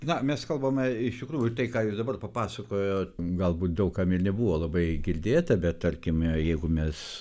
na mes kalbame iš tikrųjų tai ką jūs dabar papasakojot galbūt daug kam ir nebuvo labai girdėta bet tarkime jeigu mes